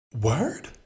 word